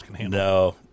no